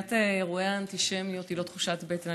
עליית אירועי האנטישמיות היא לא תחושת בטן.